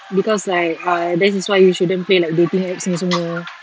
because like uh that is why you shouldn't play dating app ni semua